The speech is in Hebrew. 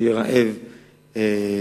יהיה רעב ללחם,